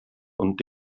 und